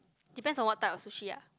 depends on what type of sushi ah